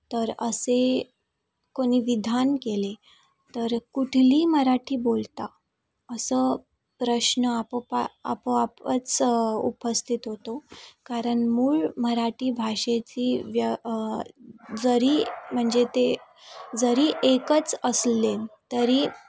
तर असे कोणी विधान केले तर कुठली मराठी बोलता असं प्रश्न अपपा आपोआपच उपस्थित होतो कारण मूळ मराठी भाषेची व्य जरी म्हणजे ते जरी एकच असले तरी